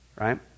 right